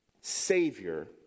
Savior